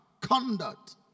Conduct